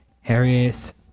Harris